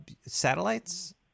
satellites